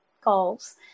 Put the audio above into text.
goals